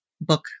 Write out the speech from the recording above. book